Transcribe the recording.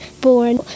born